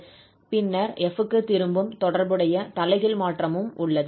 பின்னர் 𝑓 க்கு திரும்பும் தொடர்புடைய தலைகீழ் மாற்றமும் உள்ளது